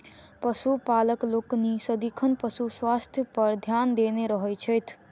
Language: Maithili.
पशुपालक लोकनि सदिखन पशु स्वास्थ्य पर ध्यान देने रहैत छथि